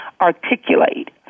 articulate